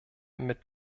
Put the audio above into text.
mit